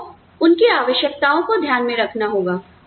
आपको उनकी आवश्यकताओं को ध्यान में रखना होगा